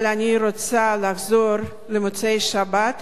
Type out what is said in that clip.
אבל אני רוצה לחזור למוצאי שבת,